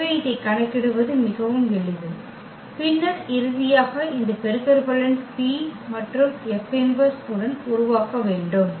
எனவே இதை கணக்கிடுவது மிகவும் எளிது பின்னர் இறுதியாக இந்த பெருக்கற்பலன் P மற்றும் P−1 உடன் உருவாக்க வேண்டும்